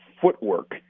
footwork